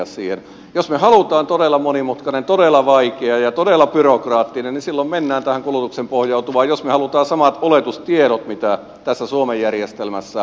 jos me haluamme todella monimutkaisen todella vaikean ja todella byrokraattisen järjestelmän silloin menemme tähän kulutukseen pohjautuvaan mikäli me haluamme samat oletustiedot kuin tässä suomen järjestelmässä